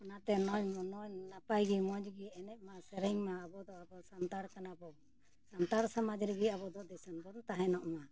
ᱚᱱᱟᱛᱮ ᱱᱚᱜ ᱚᱭ ᱱᱟᱯᱟᱭ ᱜᱮ ᱢᱚᱡᱽᱜᱮ ᱮᱱᱮᱡ ᱢᱟ ᱥᱮᱨᱮᱧ ᱢᱟ ᱟᱵᱚ ᱫᱚ ᱟᱵᱚ ᱥᱟᱱᱛᱟᱲ ᱠᱟᱱᱟ ᱵᱚᱱ ᱥᱟᱱᱛᱟᱲ ᱥᱚᱢᱟᱡᱽ ᱨᱮᱜᱮ ᱟᱵᱚ ᱫᱚ ᱫᱤᱥᱚᱢ ᱫᱚᱵᱚᱱ ᱛᱟᱦᱮᱱᱚᱜ ᱢᱟ